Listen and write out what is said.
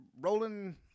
rolling